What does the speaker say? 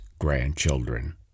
grandchildren